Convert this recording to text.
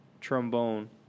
trombone